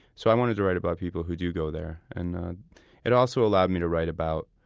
so i wanted to write about people who do go there. and it also allowed me to write about,